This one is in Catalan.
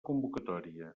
convocatòria